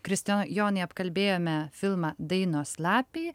kristi jonai apkalbėjome filmą dainos lapei